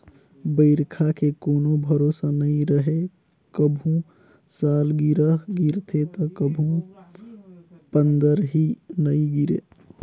बइरखा के कोनो भरोसा नइ रहें, कभू सालगिरह गिरथे त कभू पंदरही नइ गिरे